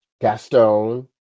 Gaston